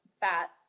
fat